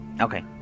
Okay